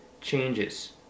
changes